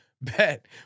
Bet